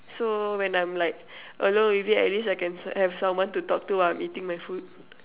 so when I'm like alone with it at least I can have someone to talk to while I'm eating my food